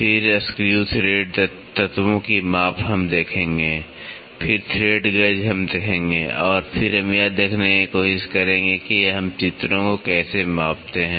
फिर screw thread （screw thread）तत्वों की माप हम देखेंगे फिर थ्रेड गेज （thread gauge）हम देखेंगे और फिर हम यह देखने की कोशिश करेंगे कि हम चित्रों को कैसे मापते हैं